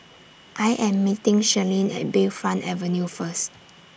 I Am meeting Shirlene At Bayfront Avenue First